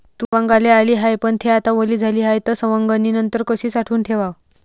तूर सवंगाले आली हाये, पन थे आता वली झाली हाये, त सवंगनीनंतर कशी साठवून ठेवाव?